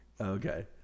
okay